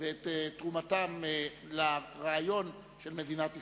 ואת תרומתן לרעיון של מדינת ישראל.